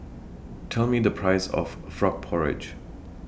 Tell Me The Price of Frog Porridge